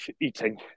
eating